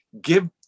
give